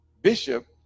bishop